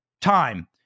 time